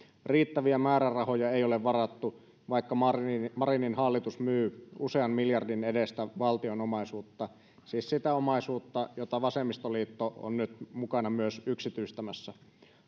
riittäviä määrärahoja ei ole varattu vaikka marinin marinin hallitus myy usean miljardin edestä valtion omaisuutta siis sitä omaisuutta jota myös vasemmistoliitto on nyt mukana yksityistämässä